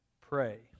pray